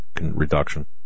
reduction